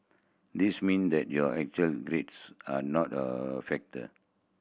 this means that your actual grades are not a factor